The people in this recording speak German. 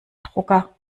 drucker